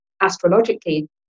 astrologically